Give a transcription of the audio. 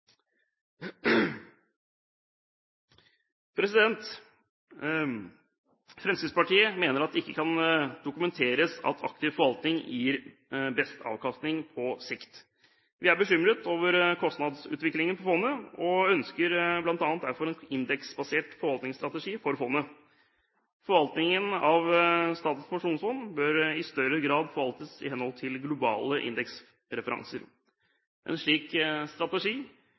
forvalter. Fremskrittspartiet mener at det ikke kan dokumenteres at aktiv forvaltning gir best avkastning på sikt. Vi er bekymret over kostnadsutviklingen på fondet og ønsker bl.a. derfor en indeksbasert forvaltningsstrategi for fondet. Forvaltningen av Statens pensjonsfond bør i større grad skje i henhold til globale indeksreferanser. En slik strategi